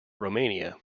romania